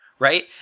Right